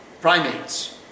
primates